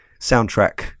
soundtrack